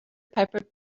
piper